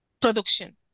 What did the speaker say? production